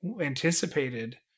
anticipated